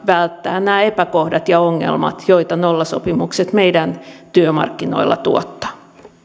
välttää nämä epäkohdat ja ongelmat joita nollasopimukset meidän työmarkkinoilla tuottavat